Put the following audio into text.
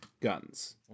guns